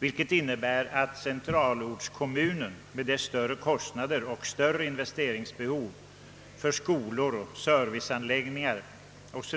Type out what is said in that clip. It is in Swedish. Detta innebär att centralortskommunen med dess större kostnader och större investeringsbehov för skolor, serviceanläggningar o.s.